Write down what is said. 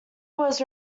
was